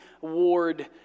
Ward